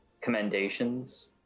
commendations